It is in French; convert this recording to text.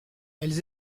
elles